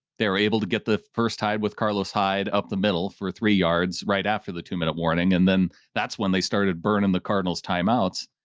they're able to get the first hyde with carlos hyde up the middle for three yards right after the two minute warning. and then that's when they started burning the cardinals timeouts.